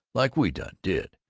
like we done did.